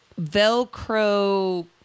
velcro